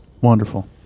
Wonderful